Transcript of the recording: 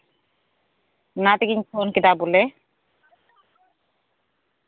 ᱚᱱᱟ ᱛᱮᱜᱮᱧ ᱯᱷᱳᱱ ᱠᱮᱫᱟ ᱵᱚᱞᱮ